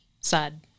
Sad